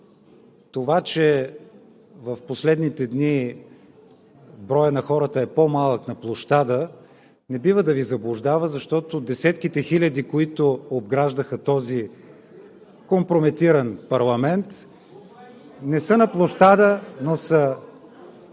Това, че в последните дни броят на хората е по малък на площада, не бива да Ви заблуждава, защото десетките хиляди, които обграждаха този компрометиран парламент, не са на площада, но с